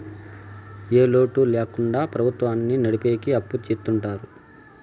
ఏ లోటు ల్యాకుండా ప్రభుత్వాన్ని నడిపెకి అప్పు చెత్తుంటారు